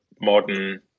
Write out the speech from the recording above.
modern